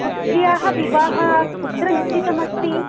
पुत्र्याः विवाहः कुत्र निश्चितमस्ति